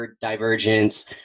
divergence